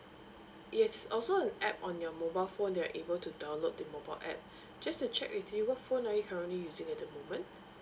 it has also an app on your mobile phone that you're able to download the mobile app just to check with you what phone are you currently using at the moment